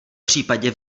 případě